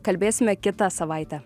kalbėsime kitą savaitę